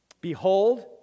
Behold